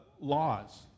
laws